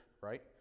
right